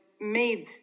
made